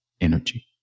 energy